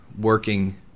working